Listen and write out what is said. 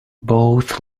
both